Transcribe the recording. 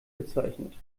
bezeichnet